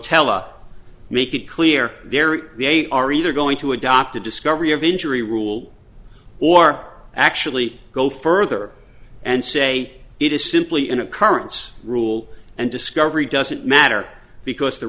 tella make it clear they are either going to adopt a discovery of injury rule or actually go further and say it is simply an occurrence rule and discovery doesn't matter because the